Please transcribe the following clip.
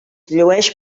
llueix